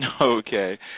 Okay